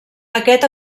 aquest